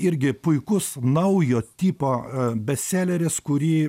irgi puikus naujo tipo bestseleris kurį